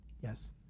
Yes